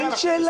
אין שאלה.